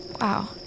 Wow